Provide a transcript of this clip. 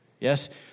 Yes